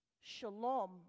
Shalom